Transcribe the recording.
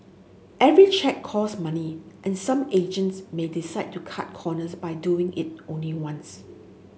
every check cost money and some agents may decide to cut corners by doing it only once